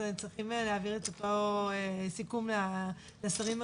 צריך להעביר את אותו סיכום לשרים הרלוונטיים.